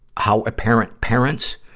how a parent parents,